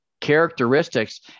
characteristics